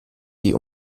die